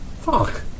fuck